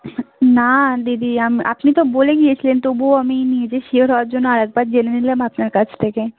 না দিদি আপনি তো বলে গিয়েছিলেন তবুও আমি নিজে শিওর হওয়ার জন্য আর একবার জেনে নিলাম আপনার কাছ থেকে